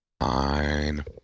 Fine